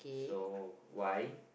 so why